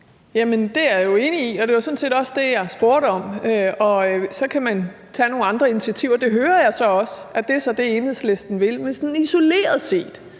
det er jeg jo enig i, og det var sådan set også det, jeg spurgte om. Og så kan man tage nogle andre initiativer. Det hører jeg også er det, Enhedslisten så vil, isoleret set;